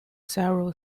several